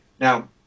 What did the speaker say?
Now